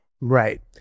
Right